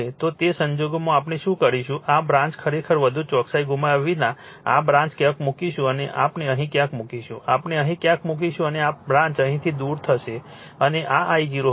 તો તે સંજોગોમાં આપણે શું કરીશું આ બ્રાન્ચ ખરેખર વધુ ચોકસાઈ ગુમાવ્યા વિના આ બ્રાન્ચ ક્યાંક મૂકીશું આપણે અહીં ક્યાંક મૂકીશું આપણે અહીં ક્યાંક મૂકીશું અને આ બ્રાન્ચ અહીંથી દૂર થશે અને આ I0 હશે